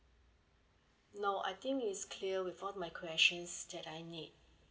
no I think it's clear with all my questions that I need